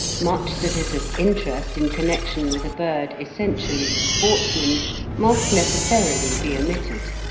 much that is of interest in connection with a bird essentially the sportsman's must necessarily be omitted.